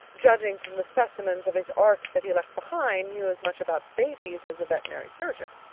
judging from the specimens of his art that he left behind, knew as much about babies as a veterinary surgeon.